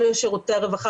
או לשירותי הרווחה,